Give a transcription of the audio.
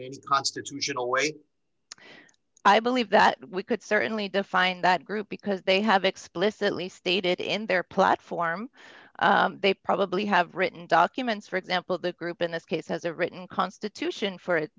problematic constitutional way i believe that we could certainly define that group because they have explicitly stated in their platform they probably have written documents for example that group in this case has a written constitution for it